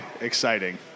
exciting